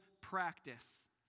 practice